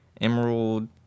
Emerald